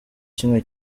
kimwe